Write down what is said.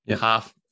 half